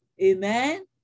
Amen